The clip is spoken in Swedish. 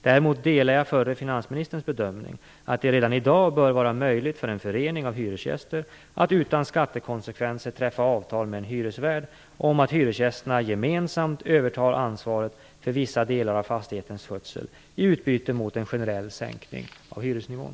Däremot delar jag den förre finansministerns bedömning att det redan i dag bör vara möjligt för en förening av hyresgäster att utan skattekonsekvenser träffa avtal med en hyresvärd om att hyresgästerna gemensamt övertar ansvaret för vissa delar av fastighetens skötsel i utbyte mot en generell sänkning av hyresnivån.